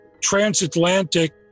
transatlantic